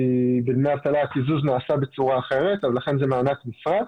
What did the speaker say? כי בדמי האבטלה הקיזוז נעשה בצורה אחרת אז לכן זה מענק נפרד,